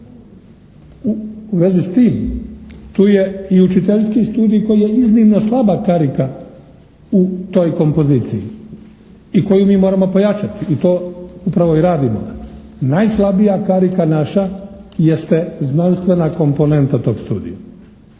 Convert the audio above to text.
U vezi s tim, tu je i učiteljski studij koji je iznimno slaba karika u toj kompoziciji i koji mi moramo pojačati i to upravo i radimo. Najslabija karika naša jeste znanstvena komponenta tog studija